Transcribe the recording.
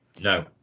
No